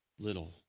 little